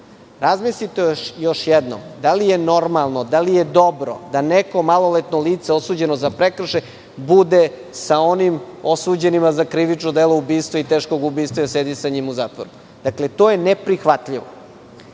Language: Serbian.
još jednom, da li je normalno, da li je dobro, da neko maloletno lice osuđeno za prekršaj bude sa onim osuđenima za krivično delo ubistva i teškog ubistva, jer sedi sa njim u zatvoru. Dakle, to je neprihvatljivo. Uneli